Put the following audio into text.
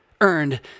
earned